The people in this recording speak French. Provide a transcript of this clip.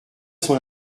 son